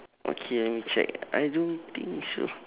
okay let me check I don't think so